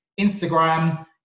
Instagram